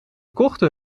kochten